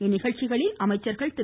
இந்நிகழ்ச்சிகளில் அமைச்சர்கள் திரு